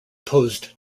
posed